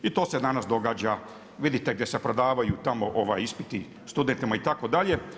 I to se danas događa, vidite gdje se prodaju tamo ispiti studentima, itd.